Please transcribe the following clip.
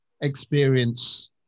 experience